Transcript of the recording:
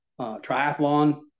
triathlon